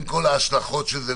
עם כל ההשלכות של זה,